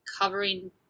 covering